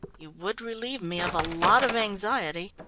you would relieve me of a lot of anxiety.